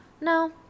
no